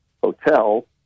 hotel